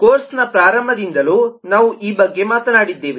ಕೋರ್ಸ್ನ ಪ್ರಾರಂಭದಿಂದಲೂ ನಾವು ಈ ಬಗ್ಗೆ ಮಾತನಾಡಿದ್ದೇವೆ